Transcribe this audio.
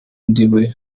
ndiwe